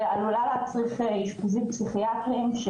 שעלולה להצריך אשפוזים פסיכיאטריים.